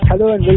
Hello